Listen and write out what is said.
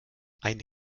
eine